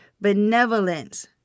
benevolence